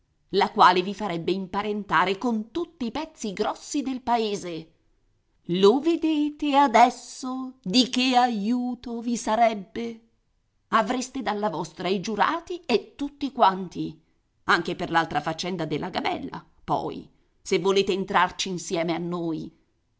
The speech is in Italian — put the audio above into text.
la quale vi farebbe imparentare con tutti i pezzi grossi del paese lo vedete adesso di che aiuto vi sarebbe avreste dalla vostra i giurati e tutti quanti anche per l'altra faccenda della gabella poi se volete entrarci insieme a noi